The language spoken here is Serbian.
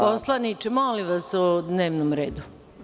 Poslaniče, molim vas o dnevnom redu.